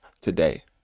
today